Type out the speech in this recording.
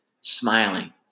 smiling